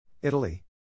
Italy